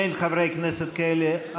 אין חברי כנסת כאלה.